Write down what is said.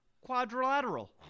quadrilateral